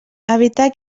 evitar